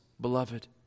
beloved